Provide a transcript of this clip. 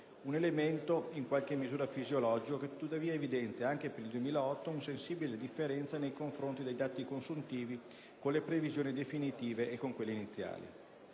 un elemento in qualche misura fisiologico, che tuttavia evidenzia, anche per il 2008, una sensibile differenza nel confronto dei dati consuntivi con le previsioni definitive e con quelle iniziali.